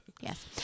Yes